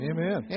Amen